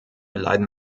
leiden